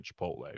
Chipotle